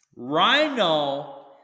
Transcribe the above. Rhino